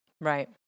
Right